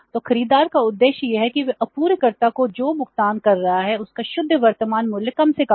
तो खरीदार का उद्देश्य यह है कि वह आपूर्तिकर्ता को जो भुगतान कर रहा है उसका शुद्ध वर्तमान मूल्य कम से कम हो